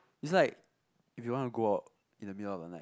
is like if you want to go out in the middle of the night